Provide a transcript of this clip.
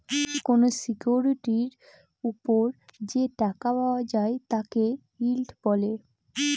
কোনো সিকিউরিটির ওপর যে টাকা পাওয়া যায় তাকে ইল্ড বলে